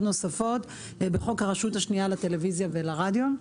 נוספות בחוק הרשות השנייה לטלוויזיה ולרדיו.